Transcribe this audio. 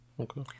Okay